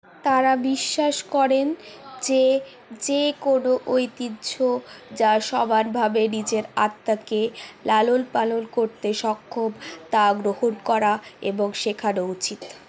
তাঁরা বিশ্বাস করেন যে যে কোনও ঐতিহ্য যা সমানভাবে নিজের আত্মাকে লালন পালন করতে সক্ষম তা গ্রহণ করা এবং শেখানো উচিত